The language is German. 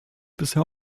bisher